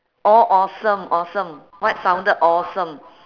orh awesome awesome what sounded awesome